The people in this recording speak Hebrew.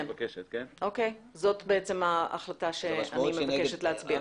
זו ההחלטה שאני מבקשת להצביע.